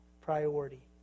priority